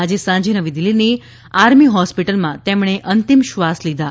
આજે સાંજે નવી દિલ્હીની આર્મી હોસ્પિટલમાં તેમણે અંતિમ શ્વાસ લીધા